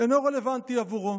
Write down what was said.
אינו רלוונטי עבורו".